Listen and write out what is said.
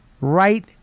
right